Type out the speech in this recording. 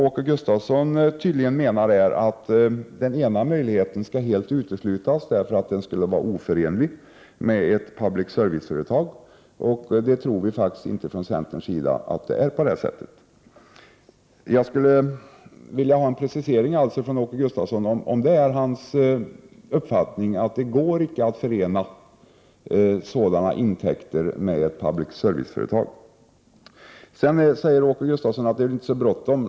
Åke Gustavsson menar tydligen att den ena möjligheten till finansiering helt skall uteslutas därför att den skulle vara oförenlig med ett public service-företags ställning. Vi i centern tror faktiskt inte att det är på det sättet. Jag skulle alltså vilja att Åke Gustavsson preciserade sig i frågan om det är hans uppfattning att sådana intäkter inte är förenliga med koncernens ställning som public service-företag. Åke Gustavsson sade också att det inte var så bråttom.